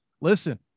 listen